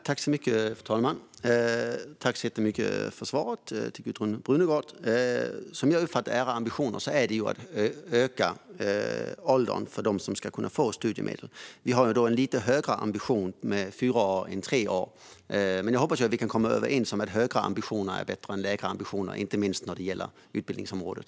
Fru talman! Tack så mycket för svaret, Gudrun Brunegård! Som jag uppfattar det är era ambitioner att öka åldern för dem som ska kunna få studiemedel. Vi har en lite högre ambition: fyra år i stället för tre år. Jag hoppas att vi kan komma överens om att högre ambitioner är bättre än lägre ambitioner, inte minst på utbildningsområdet.